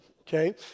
okay